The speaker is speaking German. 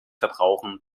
verbrauchen